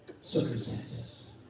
circumstances